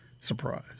surprise